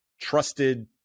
trusted